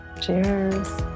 Cheers